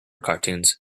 cartoons